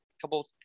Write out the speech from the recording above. couple